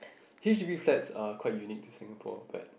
h_d_b flats are quite unique to Singapore but